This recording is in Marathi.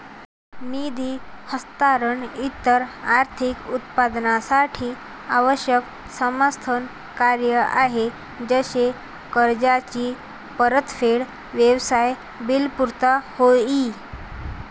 निधी हस्तांतरण इतर आर्थिक उत्पादनांसाठी आवश्यक समर्थन कार्य आहे जसे कर्जाची परतफेड, व्यवसाय बिल पुर्तता होय ई